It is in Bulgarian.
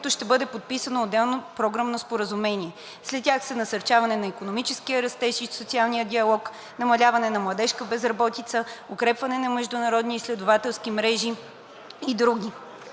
които ще бъде подписано отделно програмно споразумение. Сред тях са насърчаване на икономическия растеж и социалния диалог, намаляване на младежката безработица, укрепване на международните изследователски мрежи и други.